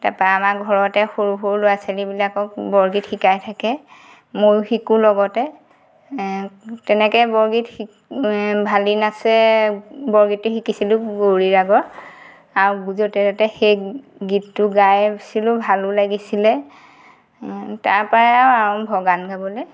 তা পা আমাৰ ঘৰতে সৰু সৰু ল'ৰা ছোৱালীবিলাকক বৰগীত শিকাই থাকে মইয়ো শিকো লগতে এ তেনেকৈ বৰগীত শিক বৰগীতো শিকিছিলো গৌৰি ৰাগৰ আৰু সেই গীতটো গাই গাইছিলো ভালো লাগিছিলে তা পাই আৰু আৰম্ভ গান গাবলৈ